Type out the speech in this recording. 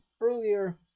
earlier